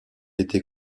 été